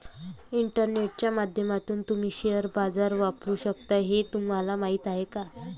इंटरनेटच्या माध्यमातून तुम्ही शेअर बाजार वापरू शकता हे तुम्हाला माहीत आहे का?